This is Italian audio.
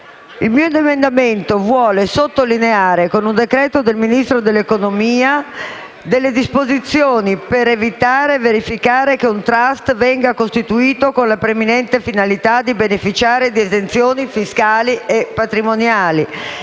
l'emendamento 6.322 propone di varare, con un decreto del Ministro dell'economia, disposizioni per evitare il verificarsi che un *trust* venga costituito con la preminente finalità di beneficiare di esenzioni fiscali e patrimoniali